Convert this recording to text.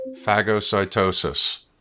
phagocytosis